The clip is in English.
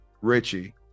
Richie